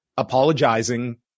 Apologizing